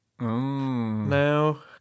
now